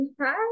Hi